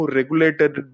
regulated